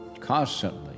constantly